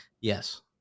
Yes